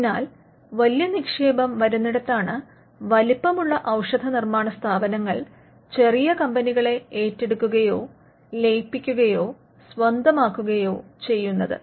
അതിനാൽ വലിയ നിക്ഷേപം വരുന്നിടത്താണ് വലിപ്പമുള്ള ഔഷധ നിർമ്മാണ സ്ഥാപനങ്ങൾ ചെറിയ കമ്പനികളെ ഏറ്റെടുക്കുകയോ ലയിപ്പിക്കുകയോ സ്വന്തമാക്കുകയോ ചെയ്യുന്നത്